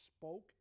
spoke